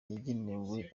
yagenewe